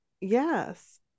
Yes